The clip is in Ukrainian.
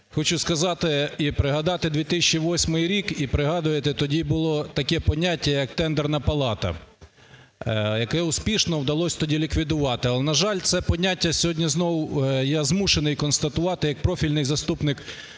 хочу сказати і пригадати 2008 рік. І пригадуєте, тоді було таке поняття, як Тендерна палата, яке успішно вдалось тоді ліквідувати. Але, на жаль, це поняття сьогодні знову, я змушений констатувати як профільний заступник